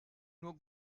nur